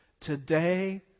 Today